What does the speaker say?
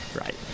right